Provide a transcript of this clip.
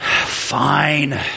Fine